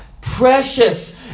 precious